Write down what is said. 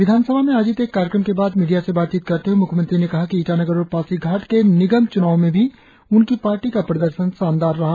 विधानसभा में आयोजित एक कार्यक्रम के बाद मीडिया से बात करते हुए म्ख्यमंत्री ने कहा कि ईटानगर और पासीघाट के निगम च्नावों में भी उनकी पार्टी का प्रदर्शन शानदार रहा